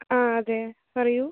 ആ അതെ പറയു